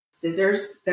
Scissors